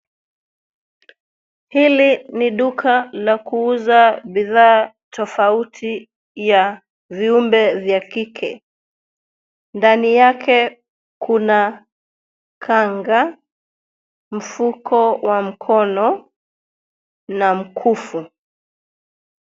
Hili ni duka la kuuza bidhaa tofauti ya viumbe vya kike. Ndani yake kuna kanga, mfuko wa mkono, na mkufu.